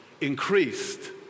increased